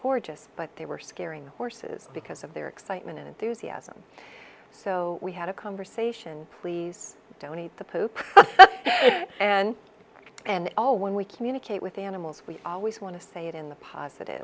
gorgeous but they were scaring the horses because of their excitement and enthusiasm so we had a conversation please don't eat the pope and and all when we communicate with animals we always want to say it in the positive